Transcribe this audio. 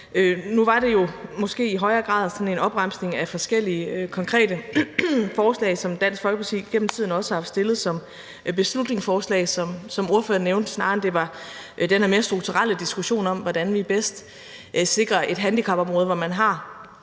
Nu var det måske i højere grad en opremsning af forskellige konkrete forslag, som Dansk Folkeparti igennem tiden også har stillet som beslutningsforslag, som ordføreren nævnte, snarere end det var en mere strukturel diskussion om, hvordan vi bedst sikrer et handicapområde, og hvor man har